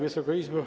Wysoka Izbo!